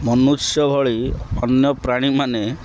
ମନୁଷ୍ୟ ଭଳି ଅନ୍ୟ ପ୍ରାଣୀମାନେ